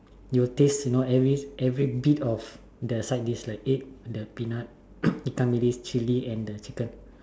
you will taste you know every bit of the side dish like the egg the peanut ikan bilis chili and the chicken